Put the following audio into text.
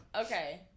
Okay